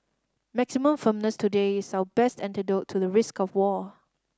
maximum firmness today is our best antidote to the risk of war